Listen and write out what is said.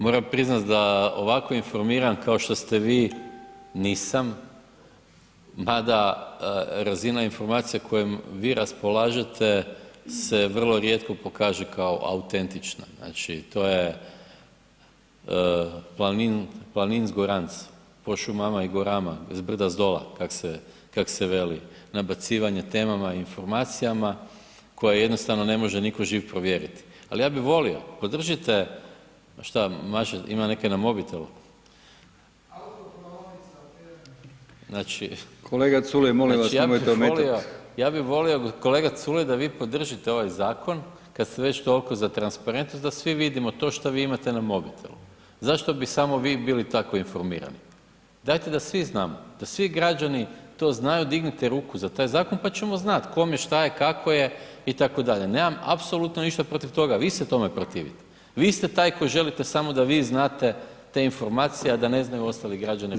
Moram priznat da ovako informiran kao što ste vi, nisam, mada razina informacija kojom vi raspolažete, se vrlo rijetko pokaže kao autentična, znači to je planinc goranc, po šumama i gorama, s brda s dola, kak se, kak se veli, nabacivanje temama i informacijama koja jednostavno ne može nitko živ provjeriti, al ja bi volio, podržite, šta maše, ima nekaj na mobitelu? [[Upadica: Autopraonica]] Znači [[Upadica: Kolega Culej, molim vas nemojte ometat]] ja bi volio, ja bi volio kolega Culej da vi podržite ovaj zakon kad ste već tolko za transparentnost da svi vidimo to šta vi imate na mobitelu, zašto bi samo vi bili tako informirani, dajte da svi znamo, da svi građani to znaju, dignite ruku za taj zakon, pa ćemo znat kome, šta je, kako je itd., nemam apsolutno ništa protiv toga, vi se tome protivite, vi ste taj koji želite samo da vi znate te informacije, a da ne znaju ostali građani RH.